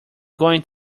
going